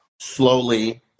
slowly